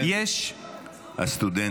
--- הסטודנטים.